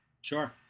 sure